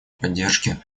поддержке